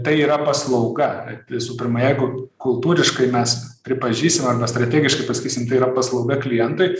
tai yra paslauga visų pirma jeigu kultūriškai mes pripažįstam arba strategiškai pasakysim tai yra paslauga klientui